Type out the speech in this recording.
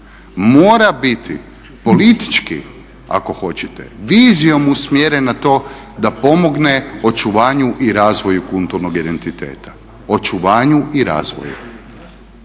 mora biti politički ako hoćete vizijom usmjeren na to da pomogne očuvanju i razvoju kulturnog identiteta. Očuvanju i razvoju.